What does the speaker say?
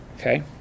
Okay